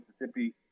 Mississippi